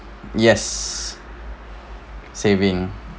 yes saving